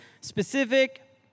Specific